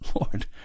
Lord